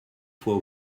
fois